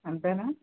అంతేనా